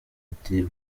ati